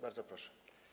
Bardzo proszę.